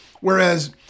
Whereas